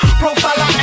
profile